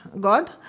God